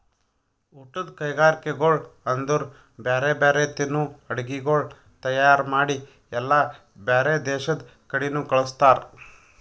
ಊಟದ್ ಕೈಗರಿಕೆಗೊಳ್ ಅಂದುರ್ ಬ್ಯಾರೆ ಬ್ಯಾರೆ ತಿನ್ನುವ ಅಡುಗಿಗೊಳ್ ತೈಯಾರ್ ಮಾಡಿ ಎಲ್ಲಾ ಬ್ಯಾರೆ ದೇಶದ ಕಡಿನು ಕಳುಸ್ತಾರ್